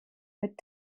mit